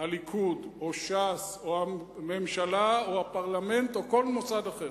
הליכוד או ש"ס או הממשלה או הפרלמנט או כל מוסד אחר.